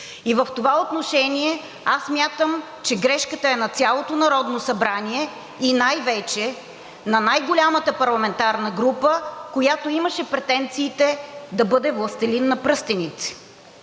и в това отношение, аз смятам, че грешката е на цялото Народно събрание и най-вече на най-голямата парламентарна група, която имаше претенциите да бъде властелин на пръстените.